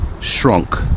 shrunk